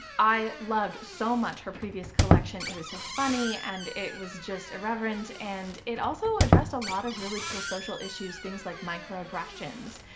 i loved so much her previous collection. it was so funny and it was just irreverent and it also addressed a lot of really cool social issues, things like microaggressions,